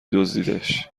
دزدیدش